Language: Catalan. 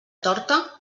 torta